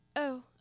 Oh